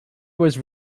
was